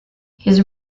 his